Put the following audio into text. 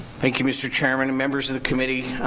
thank you mr. chairman and members of the committee.